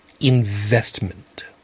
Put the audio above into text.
investment